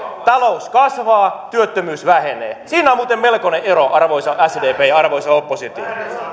talous kasvaa työttömyys vähenee siinä on muuten melkoinen ero arvoisa sdp ja arvoisa oppositio